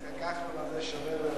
אם זה כך, כנראה.